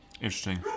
Interesting